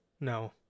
No